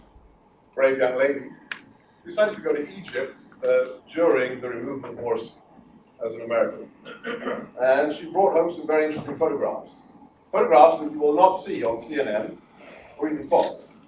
brave young lady decided to go to egypt ah during the removal horse as an american and she brought home some very different photographs photographs if you will not see on cnn or even false